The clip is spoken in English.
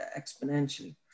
exponentially